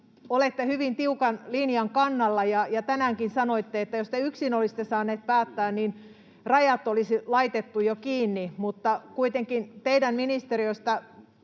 olette hyvin tiukan linjan kannalla, ja tänäänkin sanoitte, että jos te yksin olisitte saanut päättää, niin rajat olisi jo laitettu kiinni, mutta kuitenkin teidän ministeriöstänne